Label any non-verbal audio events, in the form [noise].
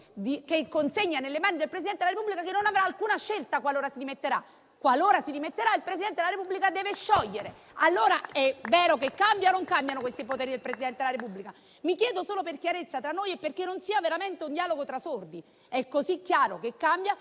che consegna nelle mani del Presidente del Repubblica, che non avrà alcuna scelta qualora si dimettesse. Qualora si dimettesse, il Presidente della Repubblica dovrà sciogliere le Camere. [applause] Allora è vero che cambiano o non cambiano i poteri del Presidente della Repubblica? Me lo chiedo solo per chiarezza tra noi e perché non sia veramente un dialogo tra sordi. È così chiaro che cambia